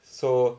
so